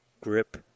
grip